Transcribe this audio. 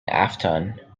afton